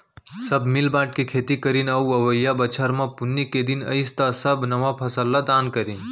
सब मिल बांट के खेती करीन अउ अवइया बछर म पुन्नी के दिन अइस त सब नवा फसल ल दान करिन